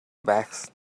bags